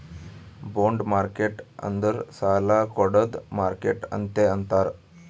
bond market ಅಂದುರ್ ಸಾಲಾ ಕೊಡ್ಡದ್ ಮಾರ್ಕೆಟ್ ಅಂತೆ ಅಂತಾರ್